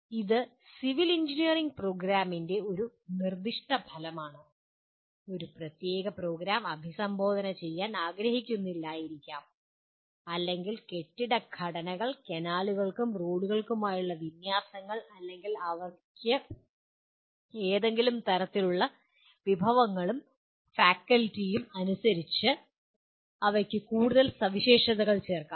ഇത് ഒരു civil engineering പ്രോഗ്രാമിൻ്റെ ഒരു നിർദ്ദിഷ്ട ഫലമാണ് ഒരു പ്രത്യേക പ്രോഗ്രാം അഭിസംബോധന ചെയ്യാൻ ആഗ്രഹിക്കുന്നില്ലായിരിക്കാം അല്ലെങ്കിൽ കെട്ടിട ഘടനകൾ കനാലുകൾക്കും റോഡുകൾക്കുമായുള്ള വിന്യാസങ്ങൾ അല്ലെങ്കിൽ അവർക്ക് ഏതെങ്കിലും തരത്തിലുള്ള വിഭവങ്ങളും ഫാക്കൽറ്റിയും അനുസരിച്ച് അവയ്ക്ക് കൂടുതൽ സവിശേഷതകൾ ചേർക്കാം